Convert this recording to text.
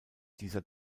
dieser